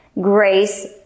grace